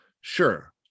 Sure